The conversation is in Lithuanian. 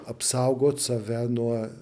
apsaugot save nuo